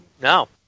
No